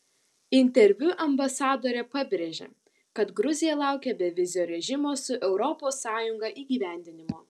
interviu ambasadorė pabrėžė kad gruzija laukia bevizio režimo su europos sąjunga įgyvendinimo